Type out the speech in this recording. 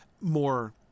more